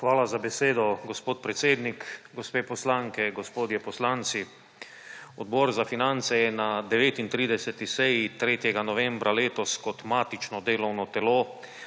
Hvala za besedo, gospod predsednik. Gospe poslanke, gospodje poslanci! Odbor za finance je na 39. seji, 3. novembra letos kot matično delovno telo